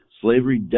Slavery